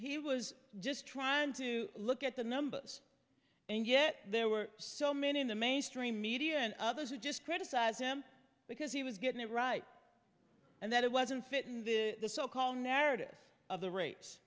he was just trying to look at the numbers and yet there were so many in the mainstream media and others who just criticize him because he was getting it right and that it wasn't fit in the so called narrative of the ra